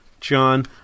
john